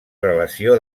relació